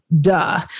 duh